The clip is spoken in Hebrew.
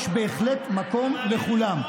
יש בהחלט מקום לכולם.